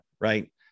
right